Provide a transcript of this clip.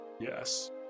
Yes